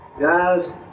Guys